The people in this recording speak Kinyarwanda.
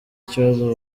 ikibazo